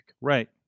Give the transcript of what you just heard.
Right